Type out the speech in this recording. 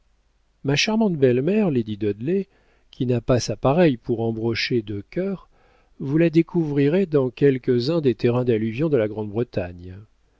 ma charmante belle-mère lady dudley qui n'a pas sa pareille pour embrocher deux cœurs vous la découvrirait dans quelques-uns des terrains d'alluvion de la grande-bretagne